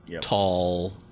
tall